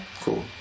Cool